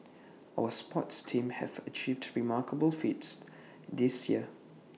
our sports teams have achieved remarkable feats this year